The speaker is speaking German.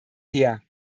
her